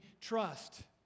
trust